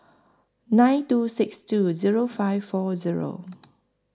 nine two six two Zero five four Zero